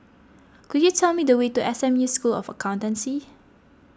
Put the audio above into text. could you tell me the way to S M U School of Accountancy